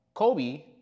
Kobe